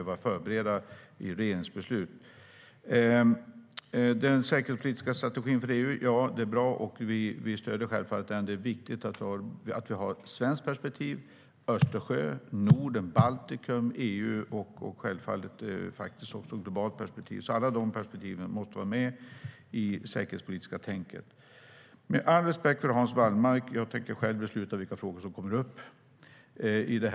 Vi stöder självfallet den säkerhetspolitiska strategin för EU. Det är viktigt att det finns ett svenskt perspektiv och ett vidare perspektiv där Östersjön, Norden, Baltikum och EU ingår samt ett globalt perspektiv. Alla de perspektiven måste vara med i det säkerhetspolitiska tänket. Med all respekt för Hans Wallmark tänker jag själv besluta om vilka frågor som ska tas upp i rådet.